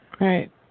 Right